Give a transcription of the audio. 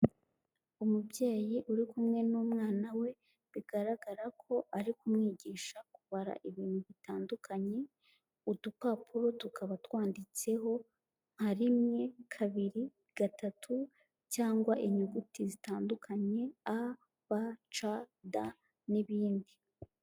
Umubyeyi uri kumwe n'umwana we bigaragara ko ari kumwigisha kubara ibintu bitandukanye, udupapuro tukaba twanditseho nka rimwe, kabiri, gatatu cyangwa inyuguti zitandukanye a, b, c, d n'ibindi.